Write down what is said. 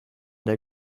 der